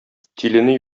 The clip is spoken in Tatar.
тилене